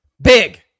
Big